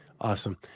Awesome